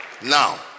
now